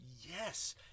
Yes